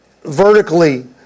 vertically